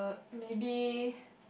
maybe